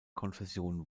konfession